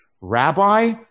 Rabbi